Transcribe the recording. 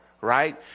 right